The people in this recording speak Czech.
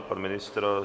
Pan ministr?